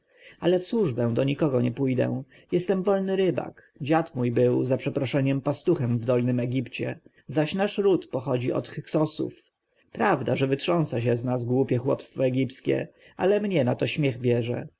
ale w służbę do nikogo nie pójdę jestem wolny rybak dziad mój był za przeproszeniem pastuchem w dolnym egipcie zaś nasz ród pochodzi od hyksosów prawda że wytrząsa się z nas głupie chłopstwo egipskie ale mnie na to śmiech bierze